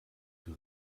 die